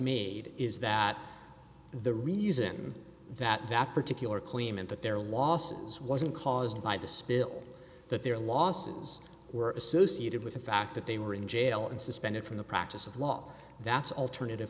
made is that the reason that that particular claimant that their losses wasn't caused by the spill that their losses were associated with the fact that they were in jail and suspended from the practice of law that's alternative